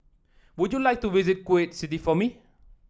would you like to visit Kuwait City for me